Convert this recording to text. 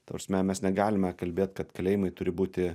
ta prasme mes negalime kalbėt kad kalėjimai turi būti